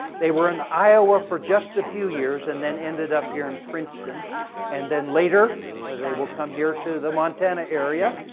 they were in iowa for just a few years, and then ended up here in princeton and then later ah they will come here to the montana area.